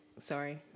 Sorry